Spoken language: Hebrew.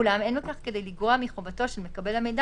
אולם אין בכך כדי לגרוע מחובתו של מקבל המידע